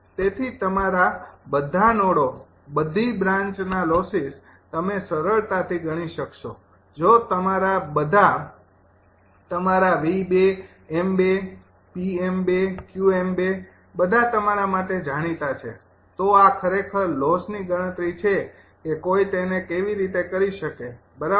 તેથી તમારા બધા નોડો બધી બ્રાંચના લોસિસ તમે સરળતાથી ગણી શકશો જો તમારા બધા તમારા 𝑉𝑚૨𝑃𝑚૨𝑄𝑚૨ બધા તમારા માટે જાણીતા છે તો આ ખરેખર લોસની ગણતરી છે કે કોઈ તેને કેવી રીતે કરી શકે બરાબર